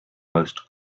most